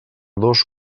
dos